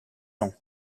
ans